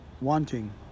wanting